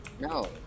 No